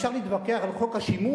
אפשר להתווכח על חוק השימוע,